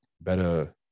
better